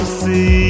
see